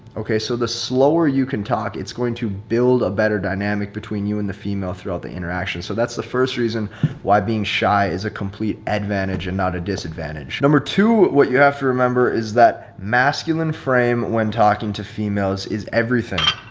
okay? so the slower you can talk, it's going to build a better dynamic between you and the female throughout the interaction. so that's the first reason why being shy is a complete advantage and not a disadvantage. casey zander number two, what you have to remember is that masculine frame when talking to females is everything,